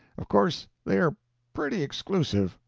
of course they are pretty exclusive.